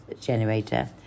generator